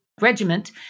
Regiment